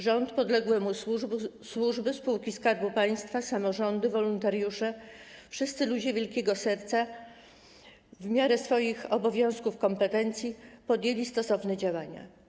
Rząd, podległe mu służby, spółki Skarbu Państwa, samorządy, wolontariusze, wszyscy ludzie wielkiego serca w miarę swoich obowiązków, kompetencji podjęli stosowne działania.